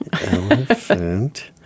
elephant